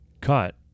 cut